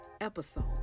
episode